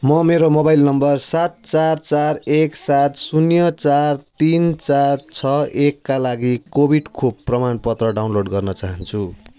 म मेरो mobile number सात चार चार एक सात शून्य चार तिन चार छ एकका लागि कोभिड खोप प्रमाणपत्र डाउनलोड गर्न चाहन्छु